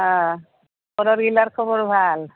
অঁ খবৰ ভাল